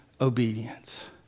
obedience